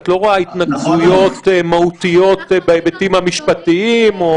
את לא רואה התנגדויות מהותיות בהיבטים המשפטיים.